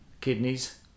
kidneys